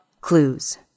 clues